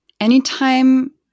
anytime